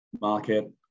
market